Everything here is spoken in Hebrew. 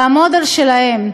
לעמוד על שלהם.